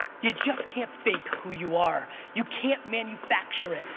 you just can't fake who you are. you can't manufacture it.